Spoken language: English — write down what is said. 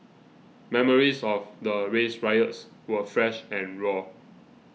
memories of the race riots were fresh and raw